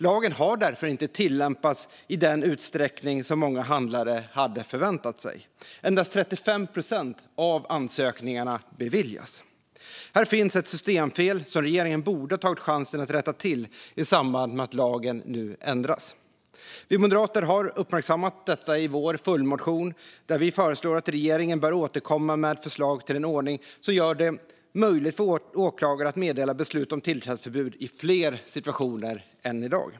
Lagen har därför inte tillämpats i den utsträckning som många handlare hade förväntat sig. Endast 35 procent av ansökningarna beviljas. Här finns ett systemfel som regeringen borde ha tagit chansen att rätta till i samband med att lagen nu ändras. Vi moderater har uppmärksammat detta i vår följdmotion, där vi föreslår att regeringen återkommer med förslag till en ordning som gör det möjligt för åklagare att meddela beslut om tillträdesförbud i fler situationer än i dag.